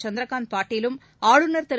சந்திரகாந்த் பாட்டிலும் ஆளுநர் திரு